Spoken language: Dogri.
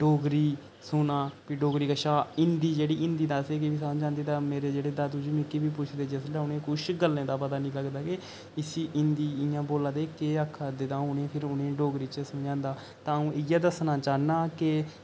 डोगरी सुनां फ्ही डोगरी कशा हिंदी जेहड़ी हिंदी तां असेंगी बी समझ आंदी मेरे जेह्ड़े दादू जी ना मिगी बी पुच्छदे न उनेंगी कुछ गल्लें दा पता नेई लगदा के इसी हिंदी इयां बोलै दे केह् आखै दे तां उनेंगी फेर उनेंगी डोगरी च समझांदा तां अ'ऊ इ'यै दस्सना चाह्न्नां के